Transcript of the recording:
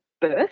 birth